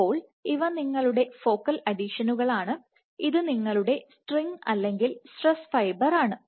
അപ്പോൾ ഇവ നിങ്ങളുടെ ഫോക്കൽ അഡിഷനുകളാണ് ഇത് നിങ്ങളുടെ സ്ട്രിംഗ് അല്ലെങ്കിൽ സ്ട്രെസ് ഫൈബർ ആണ്